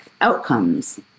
outcomes